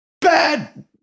bad